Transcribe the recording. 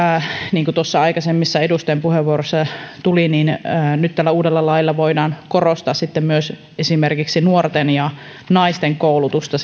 niin kuin tuossa aikaisemmissa edustajien puheenvuoroissa tuli koska nyt tällä uudella lailla voidaan korostaa sitten myös esimerkiksi nuorten ja naisten koulutusta